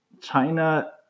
China